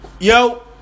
Yo